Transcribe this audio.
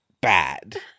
bad